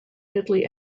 deadly